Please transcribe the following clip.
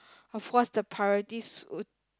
of course the priorities would